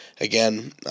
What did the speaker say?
again